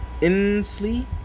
Inslee